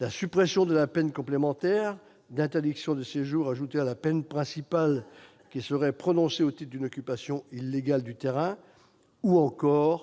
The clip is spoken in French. l'instauration d'une peine complémentaire d'interdiction de séjour ajoutée à la peine principale qui serait prononcée au titre d'une occupation illégale de terrain ; la